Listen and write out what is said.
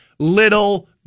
Little